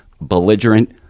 belligerent